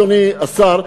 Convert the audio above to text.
אדוני השר,